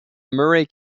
murray